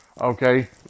okay